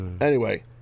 anyway-